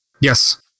yes